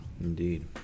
indeed